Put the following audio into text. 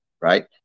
Right